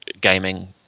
gaming